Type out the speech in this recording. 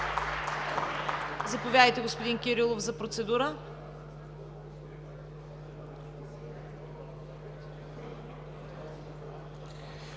Заповядайте, господин Кирилов, за процедура.